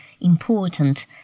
important